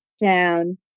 down